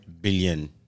billion